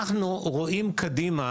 אנחנו רואים קדימה,